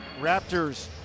Raptors